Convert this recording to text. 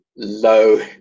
low